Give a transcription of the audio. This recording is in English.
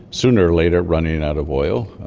sooner or later, running out of oil,